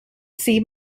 see